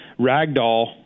ragdoll